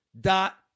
dot